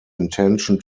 intention